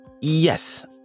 Yes